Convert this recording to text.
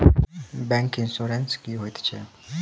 Bank insurance की होइत छैक?